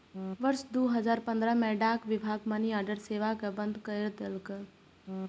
वर्ष दू हजार पंद्रह मे डाक विभाग मनीऑर्डर सेवा कें बंद कैर देलकै